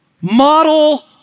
Model